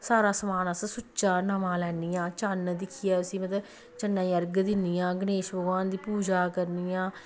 सारा समान अस सुच्चा नमां लैन्नी आं चन्न दिक्खियै उसी मतलब चन्ने गी अर्ग दिन्नी आं गणेश भगवान दी पूजा करनी आं